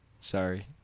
sorry